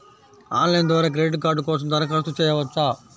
Online ద్వారా credit card కోసం దరఖాస్తు చేయవచ్చా?